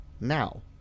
now